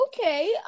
Okay